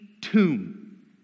tomb